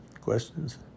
questions